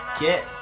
get